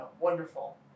wonderful